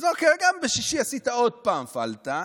אז אוקיי, גם בשישי עשית עוד פעם פאלטה,